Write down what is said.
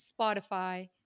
Spotify